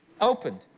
opened